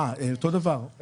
אותו הדבר.